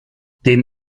dem